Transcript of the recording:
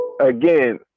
Again